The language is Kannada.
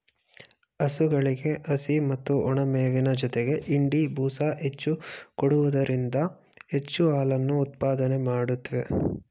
ಹಸುಗಳಿಗೆ ಹಸಿ ಮತ್ತು ಒಣಮೇವಿನ ಜೊತೆಗೆ ಹಿಂಡಿ, ಬೂಸ ಹೆಚ್ಚು ಕೊಡುವುದರಿಂದ ಹೆಚ್ಚು ಹಾಲನ್ನು ಉತ್ಪಾದನೆ ಮಾಡುತ್ವೆ